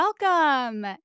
Welcome